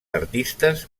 artistes